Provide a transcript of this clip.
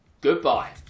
goodbye